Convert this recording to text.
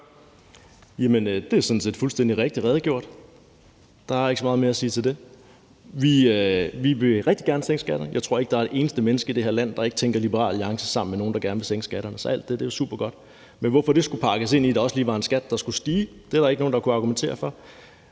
er sådan set fuldstændigt rigtigt redegjort for. Der er ikke så meget mere at sige til det. Vi vil rigtig gerne sænke skatterne. Jeg tror ikke, der er et eneste menneske i det her land, der ikke tænker Liberal Alliance sammen med nogle, der gerne vil sænke skatterne, så alt det er jo supergodt. Men hvorfor det skulle pakkes ind i, at der også lige var en skat, der skulle stige, er der ikke nogen, der har kunnet argumentere for.